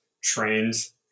trains